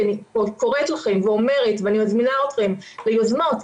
ואני קוראת לכם ואומרת ואני מזמינה אתכם ליוזמות,